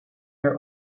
your